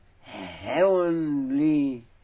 heavenly